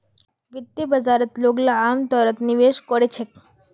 वित्तीय बाजारत लोगला अमतौरत निवेश कोरे छेक